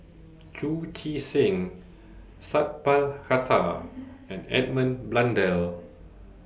Chu Chee Seng Sat Pal Khattar and Edmund Blundell